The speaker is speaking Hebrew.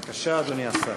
בבקשה, אדוני השר.